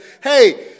hey